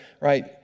right